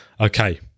Okay